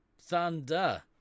thunder